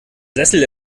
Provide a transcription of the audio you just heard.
sessel